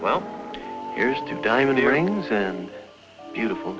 well here's two diamond earrings and beautiful